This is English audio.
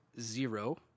zero